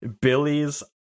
Billy's